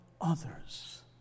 others